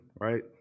right